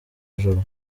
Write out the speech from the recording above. ijuru